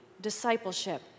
discipleship